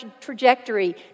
trajectory